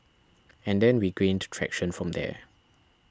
and then we gained traction from there